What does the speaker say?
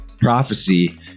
prophecy